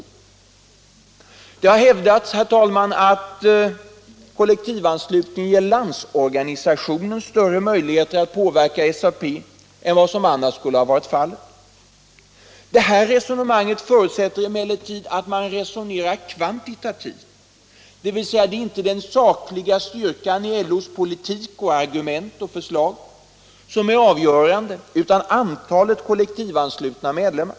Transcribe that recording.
Nr 87 Det har hävdats, herr talman, att kollektivanslutningen ger Landsorganisationen större möjligheter att påverka SAP än som annars skulle ha varit fallet. Detta resonemang förutsätter emellertid att man resonerar kvantitativt, dvs. att inte den sakliga styrkan i LO:s politik, argument = Kollektivanslutning och förslag är avgörande utan antalet kollektivanslutna medlemmar.